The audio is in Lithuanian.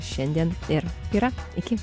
šiandien ir yra iki